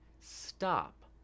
stop